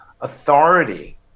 authority